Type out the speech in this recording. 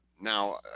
Now